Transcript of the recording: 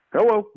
Hello